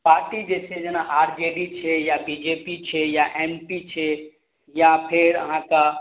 party जे छै जेना आर जे डी छै या बी जे पी छै या एम पी छै या फेर अहाँके